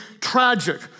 tragic